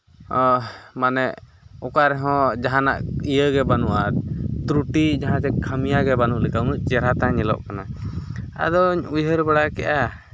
ᱢᱟᱱᱮ ᱚᱠᱟ ᱨᱮᱦᱚᱸ ᱡᱟᱦᱟᱱᱟᱜ ᱤᱭᱟᱹᱜᱮ ᱵᱟᱹᱱᱩᱜᱼᱟ ᱛᱨᱩᱴᱤ ᱡᱟᱦᱟᱸ ᱠᱷᱟᱹᱢᱭᱟᱹ ᱜᱮ ᱵᱟᱹᱱᱩᱜ ᱞᱮᱠᱟ ᱩᱱᱟᱹᱜ ᱪᱮᱦᱨᱟ ᱜᱮ ᱧᱮᱞᱚᱜ ᱠᱟᱱᱟ ᱟᱫᱚ ᱩᱭᱦᱟᱹᱨ ᱵᱟᱲᱟ ᱠᱮᱜᱼᱟ